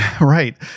Right